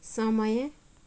समय